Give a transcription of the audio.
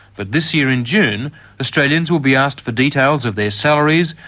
but this year in june australians will be asked for details of their salaries,